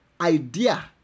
Idea